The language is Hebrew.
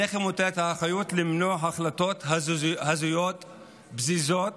עליכם מוטלת האחריות למנוע החלטות הזויות, פזיזות,